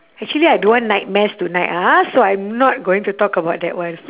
actually I don't want nightmares tonight ah so I'm not going to talk about that one